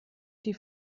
die